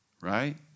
right